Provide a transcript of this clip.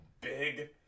big